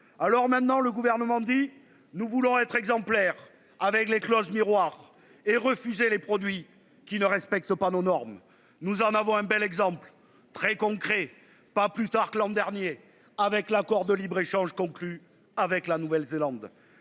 Alors maintenant, le gouvernement dit nous voulons être exemplaires avec les clauses miroirs et refuser les produits qui ne respectent pas nos normes, nous en avons un bel exemple très concret. Pas plus tard que l'an dernier avec l'accord de libre-échange conclu avec la Nouvelle-Zélande.